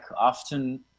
often